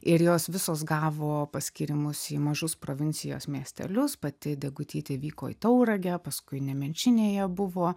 ir jos visos gavo paskyrimus į mažus provincijos miestelius pati degutytė vyko į tauragę paskui nemenčinėje buvo